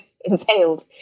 entailed